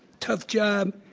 tough job.